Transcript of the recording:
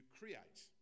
create